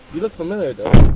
you look familiar though.